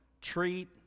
Treat